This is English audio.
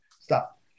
stop